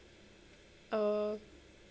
oh